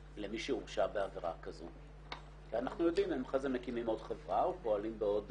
כלומר, ניקח היום חברת